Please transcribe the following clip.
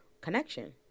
connection